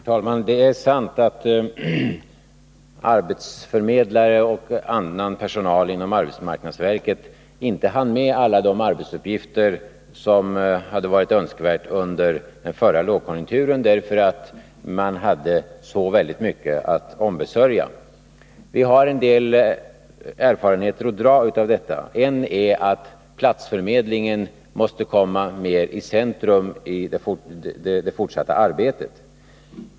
Herr talman! Det är sant att arbetsförmedlare och annan personal inom arbetsmarknadsverket inte hann med alla de arbetsuppgifter som det hade varit önskvärt att utföra under förra lågkonjunkturen, då man hade så mycket att ombesörja. Det kan dras en del erfarenheter av detta. En är att platsförmedlingen måste komma mer i centrum i det fortsatta arbetet.